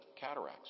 cataracts